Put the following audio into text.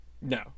No